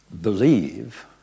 believe